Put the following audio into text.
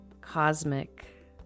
cosmic